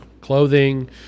clothing